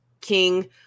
King